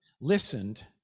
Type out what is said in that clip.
listened